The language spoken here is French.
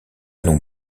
non